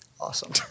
Awesome